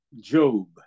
job